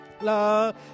love